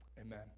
Amen